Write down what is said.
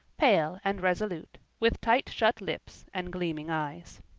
pale and resolute, with tight-shut lips and gleaming eyes.